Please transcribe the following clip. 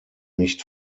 nicht